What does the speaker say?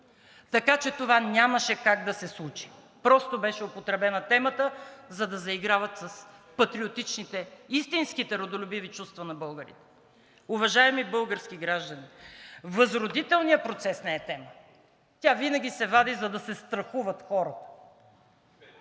Така че това нямаше как да се случи. Просто беше употребена темата, за да заиграват с патриотичните – истински родолюбиви, чувства на българите. Уважаеми български граждани, възродителният процес не е тема. Тя винаги се вади, за да се страхуват хората.